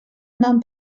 нам